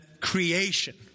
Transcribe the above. creation